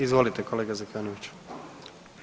Izvolite kolega Zekanović.